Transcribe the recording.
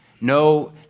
no